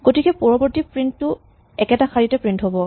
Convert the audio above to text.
গতিকে পৰৱৰ্তী প্ৰিন্ট টো একেটা শাৰীতে প্ৰিন্ট হ'ব